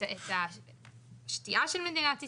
את מי השתייה של מדינת ישראל?